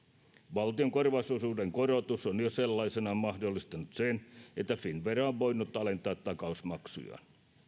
valtion korvausosuuden korotus on jo sellaisenaan mahdollistanut sen että finnvera on voinut alentaa takausmaksujaan